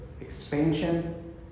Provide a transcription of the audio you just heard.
expansion